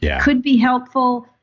yeah could be helpful,